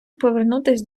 повернутися